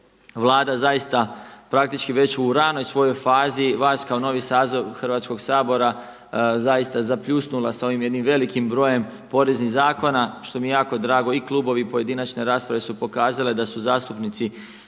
Vlada zaista praktički već u ranoj svojoj fazi vas kao novi saziv Hrvatskog sabora zaista zapljusnula s ovim jednim velikim brojem poreznih zakona, što mi je jako drago. I klubovi i pojedinačne rasprave su pokazale da su zastupnici